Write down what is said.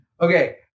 Okay